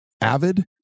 avid